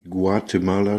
guatemala